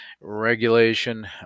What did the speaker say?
regulation